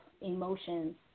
emotions